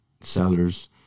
sellers